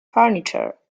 furniture